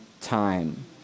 time